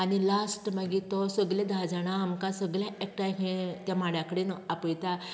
आनी लास्ट मागीर तो सगले धा जाणांक आमकां सगलें एकठांय घे त्या माडा कडेन आपयता